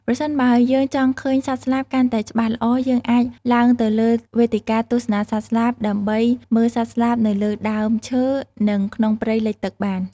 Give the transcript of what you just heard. ប្រសិនបើយើងចង់ឃើញសត្វស្លាបកាន់តែច្បាស់ល្អយើងអាចឡើងទៅលើវេទិកាទស្សនាសត្វស្លាបដើម្បីមើលសត្វស្លាបនៅលើដើមឈើ និងក្នុងព្រៃលិចទឹកបាន។